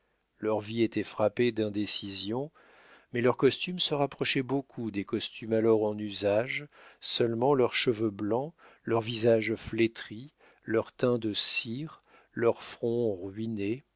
leur vie était frappée d'indécision mais leur costume se rapprochait beaucoup des costumes alors en usage seulement leurs cheveux blancs leurs visages flétris leur teint de cire leurs fronts ruinés